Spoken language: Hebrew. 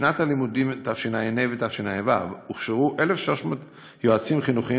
בשנות הלימודים תשע"ה ותשע"ו הוכשרו 1,300 יועצים חינוכיים